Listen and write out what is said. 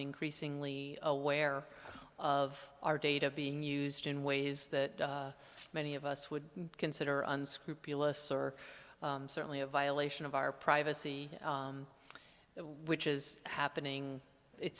increasingly aware of our data being used in ways that many of us would consider unscrupulous or certainly a violation of our privacy which is happening it